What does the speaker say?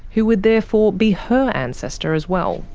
who would therefore be her ancestor as well.